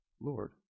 Lord